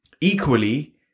equally